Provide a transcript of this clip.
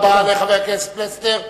תודה רבה לחבר הכנסת פלסנר.